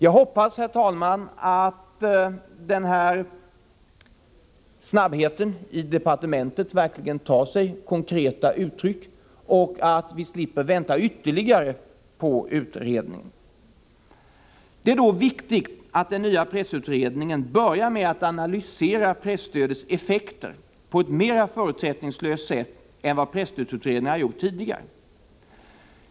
Jag hoppas, herr talman, att den här snabbheten i departementet verkligen tar sig konkreta uttryck och att vi slipper vänta ytterligare på en utredning. Det är då viktigt att den nya pressutredningen börjar med att analysera presstödets effekter på ett mera förutsättningslöst sätt än vad presstödsutredningar har gjort tidigare.